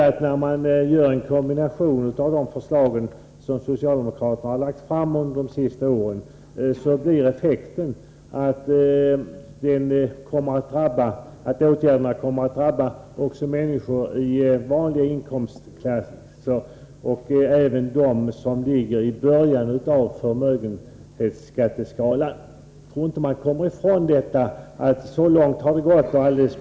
Men när man kombinerar de förslag som socialdemokraterna har lagt fram under det sista året blir effekten att åtgärderna kommer att drabba också människor i vanliga inkomstklasser, även dem som ligger i botten av förmögenhetsskatteskalan. Man kan inte komma ifrån att det har gått så långt.